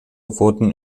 wurden